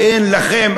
אין לכם,